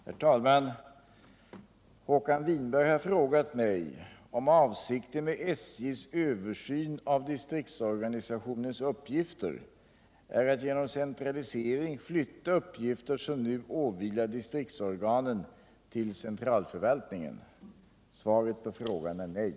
418, och anförde: Herr talman! Håkan Winberg har frågat mig om avsikten med SJ:s översyn av distriktsorganens uppgifter är att genom centralisering flytta uppgifter som nu åvilar distriktsorganen till centralförvaltningen. Svaret på frågan är nej.